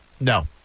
no